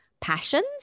passions